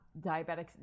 diabetics